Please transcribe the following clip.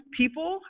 people